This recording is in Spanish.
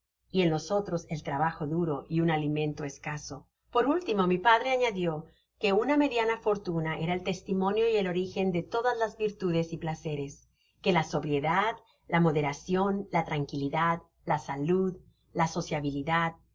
y en los otros el trabajo duro y un alimento escaso content from google book search generated at por último mi padre añadio que una mediana fortuna era el testimonio y el origen de todas las virtudes y place res que la sobriedad la moderacion la tranquilidad la saludóla sociabilidad